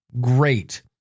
great